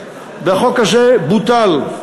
והחוק הזה בוטל,